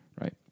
right